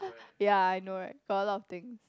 ya I know right got a lot of thing